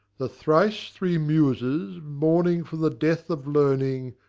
the thrice three muses mourning for the death of learning,